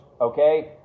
okay